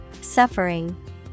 Suffering